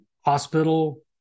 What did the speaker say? hospital